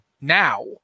now